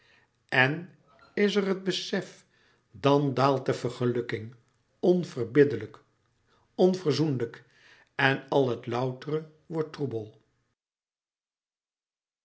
en is er het besef dan daalt de vergelukking onverbiddelijk onverzoenlijk en al het loutere wordt troebel